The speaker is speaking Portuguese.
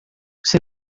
você